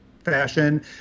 fashion